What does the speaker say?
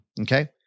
Okay